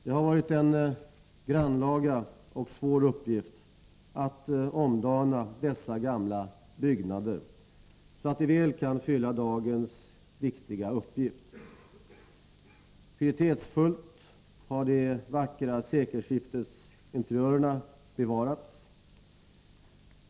Det har varit en grannlaga och svår uppgift att omdana dessa gamla byggnader så att de väl kan fylla dagens viktiga uppgift. Pietetsfullt har de vackra sekelskiftesinteriörerna bevarats.